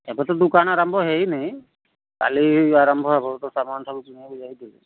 ଏବେ ତ ଦୋକାନ୍ ଆରମ୍ଭ ହୋଇନାହିଁ କାଲି ଆରମ୍ଭ ହେବ ତ ସାମାନ୍ ସବୁ କିଣିବାକୁ ଯାଇଥିଲି